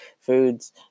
foods